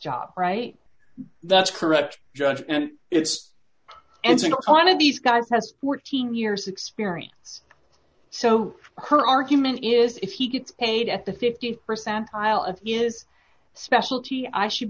job right that's correct judge and it's and single one of these guys has fourteen years experience so her argument is if he gets paid at the th percentile of is specialty i should